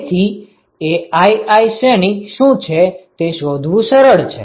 તેથી aii શ્રેણિક શું છે તે શોધવું સરળ છે